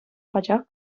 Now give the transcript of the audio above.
пачах